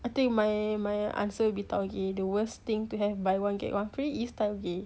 I think my my answer would be taugeh the worst thing to have buy one get one free is taugeh